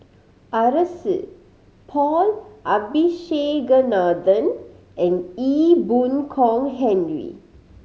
Arasu Paul Abisheganaden and Ee Boon Kong Henry